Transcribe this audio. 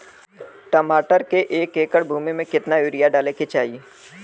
टमाटर के एक एकड़ भूमि मे कितना यूरिया डाले के चाही?